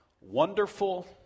Wonderful